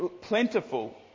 plentiful